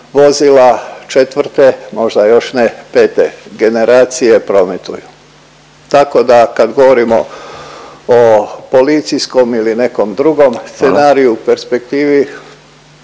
vozila četvrte možda još ne pete generacije prometuju. Tako da kad govorimo o policijskom ili nekom drugom scenariju u perspektivi